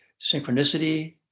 Synchronicity